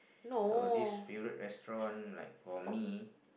so this favourite restaurant like for me